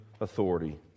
authority